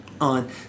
on